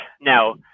Now